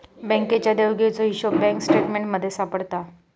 बँकेच्या देवघेवीचो हिशोब बँक स्टेटमेंटमध्ये सापडता